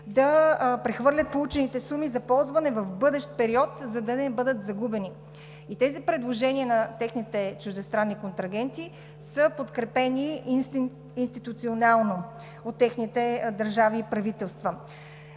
да прехвърлят получените суми за ползване в бъдещ период, за да не бъдат загубени. И тези предложения на техните чуждестранни контрагенти са подкрепени институционално от техните държави и правителства.